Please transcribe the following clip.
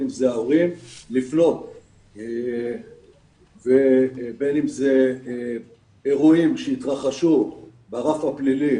אם אלה ההורים לפנות בין אם באירועים שהתרחשו ברף הפלילי